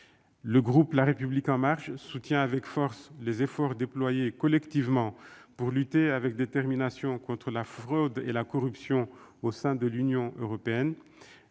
Le groupe La République En Marche soutient avec force les efforts déployés collectivement pour lutter avec détermination contre la fraude et la corruption au sein de l'Union européenne.